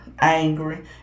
angry